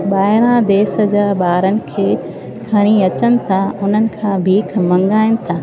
ॿाहिरां देश जा ॿारनि खे खणी अचनि था उन्हनि खां बीख मंगाइनि था